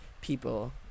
people